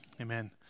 amen